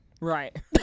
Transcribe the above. Right